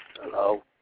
Hello